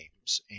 games